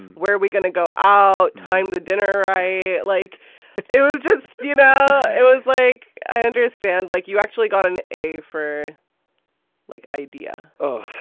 where are we gonna go out? time the dinner i like it was just you know, it was like, i understand, like you actually got an a for like idea oh,